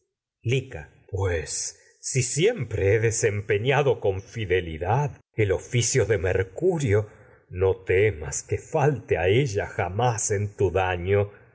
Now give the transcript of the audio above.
con pues si siempre he desempeñado no fideli a el oficio de mercurio que temas que falte ella no jamás se en tu daño